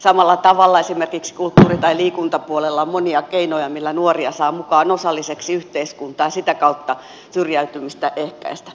samalla tavalla esimerkiksi kulttuuri ja liikuntapuolella on monia keinoja millä nuoria saa mukaan osalliseksi yhteiskuntaan ja sitä kautta voi syrjäytymistä ehkäistä